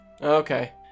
Okay